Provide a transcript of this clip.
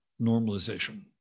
normalization